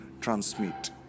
transmit